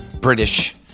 British